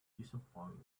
disappointed